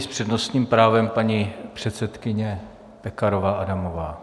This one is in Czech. S přednostním právem paní předsedkyně Pekarová Adamová.